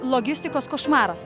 logistikos košmaras